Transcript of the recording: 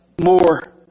more